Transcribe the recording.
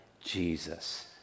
Jesus